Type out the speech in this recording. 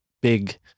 big